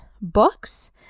books